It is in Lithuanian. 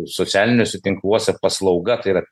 socialiniuose tinkluose paslauga tai yra